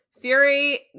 fury